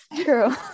true